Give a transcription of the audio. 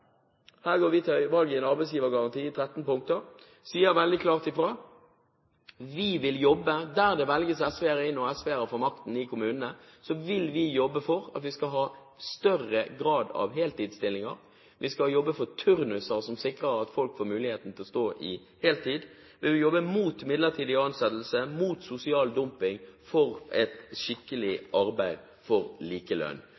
Her går vi til valg med en arbeidsgivergaranti i tretten punkter – sier veldig klart fra: Vi vil jobbe; der det velges SV-ere inn og SV-ere får makten i kommunene, vil vi jobbe for at vi skal ha større grad av heltidsstillinger. Vi skal jobbe for turnuser som sikrer at folk får muligheten til å stå i heltidsstillinger. Vi vil jobbe mot midlertidig ansettelse, mot sosial dumping og for et